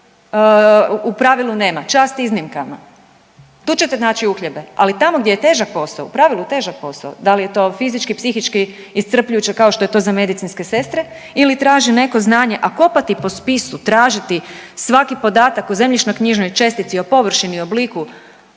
u pravilu nema, čast iznimkama. Tu ćete naći uhljebe, ali tamo gdje je težak, u pravilu težak posao da li je to fizički, psihički iscrpljujuće kao što je to za medicinske sestre ili traži neko znanje, a kopati po spisu, tražiti svaki podatak o zemljišno-knjižnoj čestici, o površini, obliku